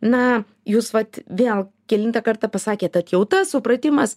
na jūs vat vėl kelintą kartą pasakėt atjauta supratimas